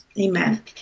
Amen